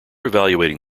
evaluating